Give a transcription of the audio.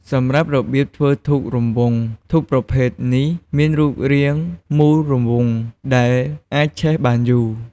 សម្រាប់ របៀបធ្វើធូបរង្វង់ ធូបប្រភេទនេះមានរូបរាងមូលរង្វង់ ដែលអាចឆេះបានយូរ។